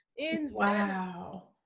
Wow